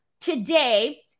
today